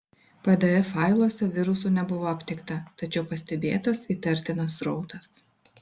pdf failuose virusų nebuvo aptikta tačiau pastebėtas įtartinas srautas